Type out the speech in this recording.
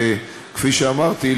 כמו שאמרתי,